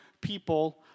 people